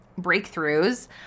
breakthroughs